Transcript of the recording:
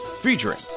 featuring